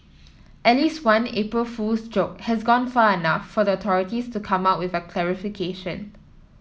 at least one April Fool's joke has gone far enough for the authorities to come out with a clarification